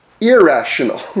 irrational